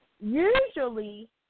Usually